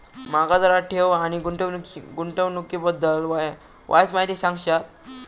माका जरा ठेव आणि गुंतवणूकी बद्दल वायचं माहिती सांगशात?